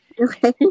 Okay